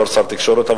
כשר התקשורת,